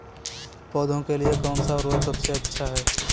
पौधों के लिए कौन सा उर्वरक सबसे अच्छा है?